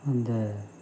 அந்த